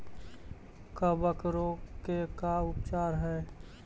कबक रोग के का उपचार है?